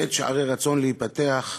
"עת שערי רצון להיפתח".